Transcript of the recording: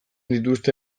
dituzte